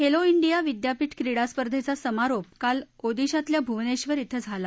खत्ती डिया विद्यापीठ क्रीडा स्पर्धेचा समारोप काल ओदिशातल्या भूवनधे क्रे झाला